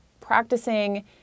practicing